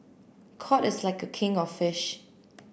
cod is like a king of fish